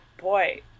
boy